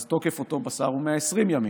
אז תוקף אותו בשר הוא 120 ימים.